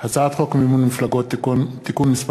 הצעת חוק מימון מפלגות (תיקון מס'